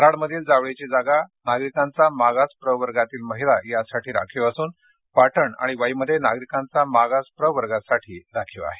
कराडमधील जावळीची जागा नागरिकांचा मागास प्रवर्गातील महिला यासाठी राखीव असून पाटण आणि वाईमध्ये नागरिकांचा मागास प्रवर्गासाठी राखीव आहे